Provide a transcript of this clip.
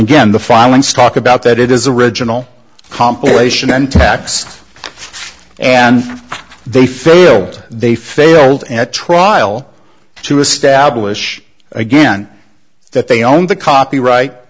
again the filing stock about that it is original compilation and tax and they failed they failed at trial to establish again that they own the copyright